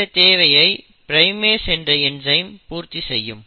இந்த தேவையை ப்ரைமேஸ் என்ற என்சைம் பூர்த்தி செய்யும்